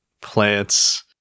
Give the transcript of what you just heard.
plants